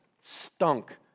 stunk